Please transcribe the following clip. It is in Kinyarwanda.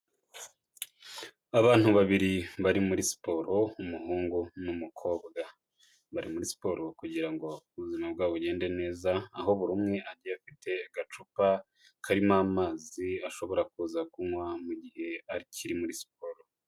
Abantu babiri bari muri siporo, umuhungu n'umukobwa, bari muri siporo kugira ngo ubuzima bwabo bugende neza, aho buri umwe agiye afite agacupa karimo amazi ashobora kuza kunywa mu gihe akiri muri siporo.